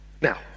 Now